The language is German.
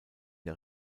der